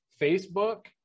Facebook